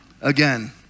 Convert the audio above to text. Again